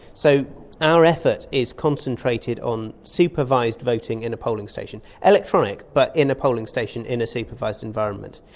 so our effort is concentrated on supervised voting in a polling station, electronic but in a polling station in a supervised environment.